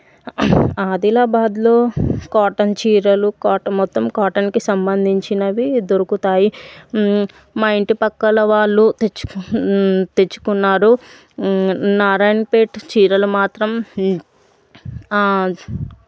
అదిలాబాద్లో cotton చీరలు cotton మొత్తం కాటన్కి సంబంధించినవి దొరుకుతాయి మా ఇంటి ప్రక్కల వాళ్ళు తెచ్చుకు తెచ్చుకున్నారు నారాయణపేట్ చీరలు మాత్రం